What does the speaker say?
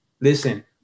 listen